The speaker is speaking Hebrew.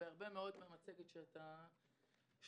והרבה מאד מהמצגת שהצגת,